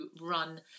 run